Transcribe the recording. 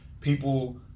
people